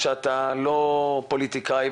אני אגיד שוב שאני לא שייך לדרג הפוליטי.